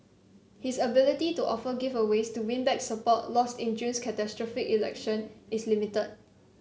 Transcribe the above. his ability to offer giveaways to win back support lost in June's catastrophic election is limited